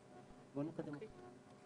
בוא נקדם את זה.